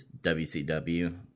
WCW